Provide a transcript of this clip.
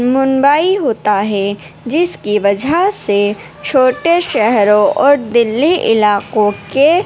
مبنی ہوتا ہے جس کی وجہ سے چھوٹے شہروں دلّی علاقوں کے